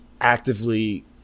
actively